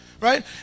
right